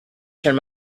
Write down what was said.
turn